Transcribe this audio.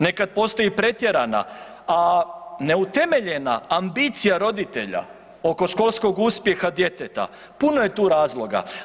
Nekad postoji pretjerana, a neutemeljena ambicija roditelja oko školskog uspjeha djeteta, puno je tu razloga.